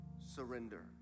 Surrender